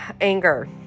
anger